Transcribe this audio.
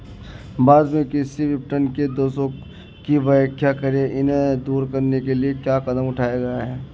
भारत में कृषि विपणन के दोषों की व्याख्या करें इन्हें दूर करने के लिए क्या कदम उठाए गए हैं?